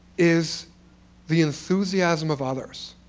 is the enthusiasm of others,